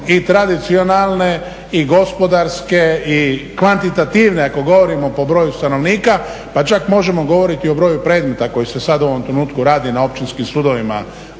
i tradicionalne i gospodarske i kvantitativne ako govorimo po broju stanovnika, pa čak možemo govoriti i o broju predmeta koji se sad u ovom trenutku radi na općinskim sudovima